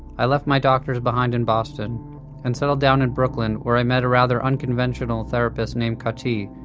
i left my doctors behind in boston and settled down in brooklyn where i met a rather unconventional therapist named caty,